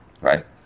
right